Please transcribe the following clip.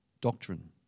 doctrine